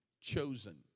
chosen